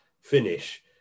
finish